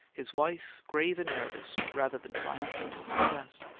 his wife, grave and nervous, rather than triumphant, in success,